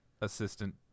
assistant